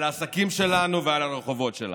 על העסקים שלנו ועל הרחובות שלנו.